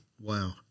Wow